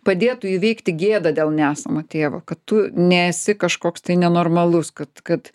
padėtų įveikti gėdą dėl nesamo tėvo kad tu nesi kažkoks tai nenormalus kad kad